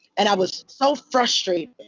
and i was so frustrated.